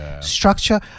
structure